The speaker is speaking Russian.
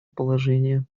положения